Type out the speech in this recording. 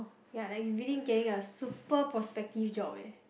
ya like really getting a super prospective job eh